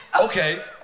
Okay